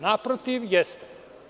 Naprotiv, jeste.